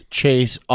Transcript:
chase